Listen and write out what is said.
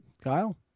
kyle